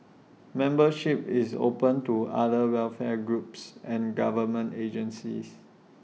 membership is open to other welfare groups and government agencies